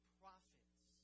prophets